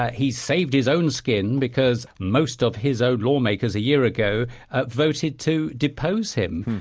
he's saved his own skin because most of his own lawmakers a year ago voted to depose him.